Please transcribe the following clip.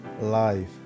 life